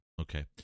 Okay